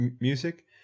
music